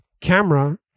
camera